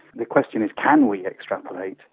the question is can we extrapolate?